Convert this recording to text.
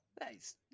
Nice